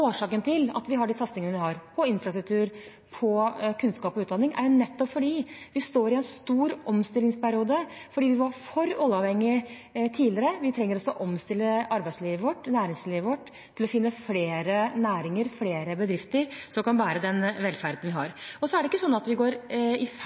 Årsaken til at vi har de satsingene vi har på infrastruktur når det gjelder kunnskap og utdanning, er nettopp at vi står i en stor omstillingsperiode fordi vi var for oljeavhengig tidligere. Vi trenger å omstille arbeidslivet og næringslivet vårt til å finne flere næringer, flere bedrifter, som kan bære den velferden vi har.